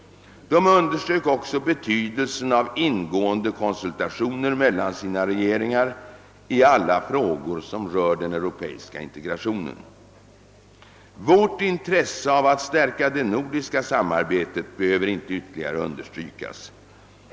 De underströk också betydelsen av ingående konsultationer mellan sina regeringar i alla frågor som rör den europeiska integrationen. Vårt intresse av att stärka det nordiska samarbetet behöver inte ytterli gare understrykas.